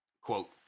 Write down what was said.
Quote